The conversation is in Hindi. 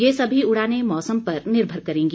ये सभी उड़ाने मौसम पर निर्भर करेंगी